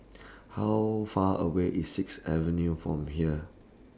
How Far away IS Sixth Avenue from here